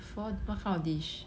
four what kind of dish